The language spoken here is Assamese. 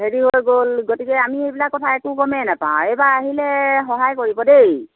হেৰি হৈ গ'ল গতিকে আমি সেইবিলাক কথা একো গমে নাপাওঁ এইবাৰ আহিলে সহায় কৰিব দেই